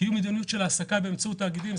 קיום מדיניות של העסקה באמצעות תאגידים,